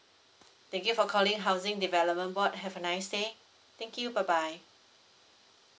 thank you for calling housing development board have a nice day thank you bye bye